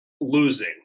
losing